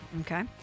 Okay